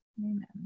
Amen